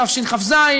התשכ"ז,